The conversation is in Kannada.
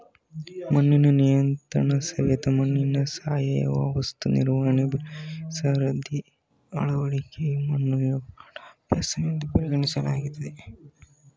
ಮಣ್ಣಿನ ನಿಯಂತ್ರಣಸವೆತ ಮಣ್ಣಿನ ಸಾವಯವ ವಸ್ತು ನಿರ್ವಹಣೆ ಬೆಳೆಸರದಿ ಅಳವಡಿಕೆಯು ಮಣ್ಣು ನಿರ್ವಹಣಾ ಅಭ್ಯಾಸವೆಂದು ಪರಿಗಣಿಸಲಾಗ್ತದೆ